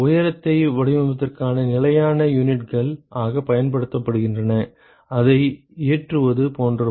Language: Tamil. உயரத்தை வடிவமைப்பதற்கான நிலையான யூனிட்கள் ஆக பயன்படுத்தப்படுகின்றன அதை ஏற்றுவது போன்றவை